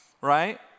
right